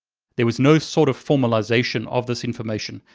there was no sort of formalization of this information.